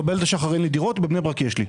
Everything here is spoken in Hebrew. לא, באיילת השחר אין לי דירות, בבני ברק יש לי.